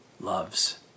loves